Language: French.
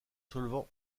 solvants